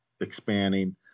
expanding